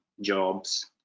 jobs